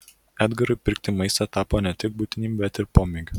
edgarui pirkti maistą tapo ne tik būtinybe bet ir pomėgiu